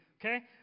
Okay